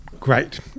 Great